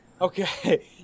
Okay